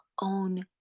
own